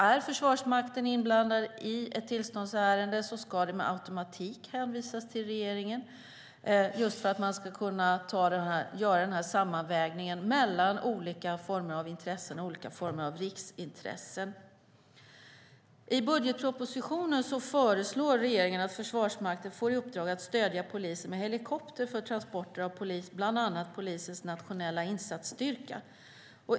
Är Försvarsmakten inblandad i ett tillståndsärende ska det med automatik hänvisas till regeringen för att man ska kunna göra en sammanvägning mellan olika former av riksintressen och andra intressen. I budgetpropositionen föreslår regeringen att Försvarsmakten får i uppdrag att stödja polisen med helikopter för transporter av bland annat polisens nationella insatsstyrka.